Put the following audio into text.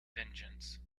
vengeance